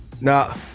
nah